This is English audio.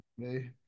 okay